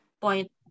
point